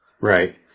Right